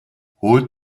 holt